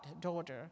daughter